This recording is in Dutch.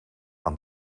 aan